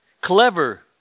clever